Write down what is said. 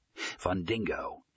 Fundingo